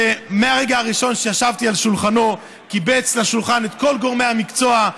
שמהרגע הראשון שישבתי על שולחנו הוא קיבץ לשולחן את כל גורמי המקצוע,